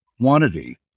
quantity